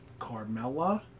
Carmella